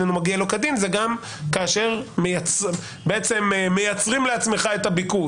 מגיע לו כדין" זה גם כאשר מייצרים לך את הביקוש.